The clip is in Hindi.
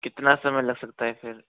कितना समय लग सकता है फिर